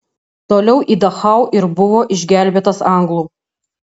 toliau į dachau ir buvo išgelbėtas anglų